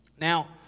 Now